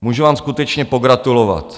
Můžu vám skutečně pogratulovat.